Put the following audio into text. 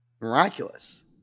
miraculous